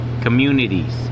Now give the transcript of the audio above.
communities